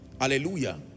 Hallelujah